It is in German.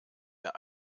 der